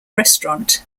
restaurant